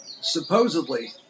supposedly